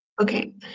Okay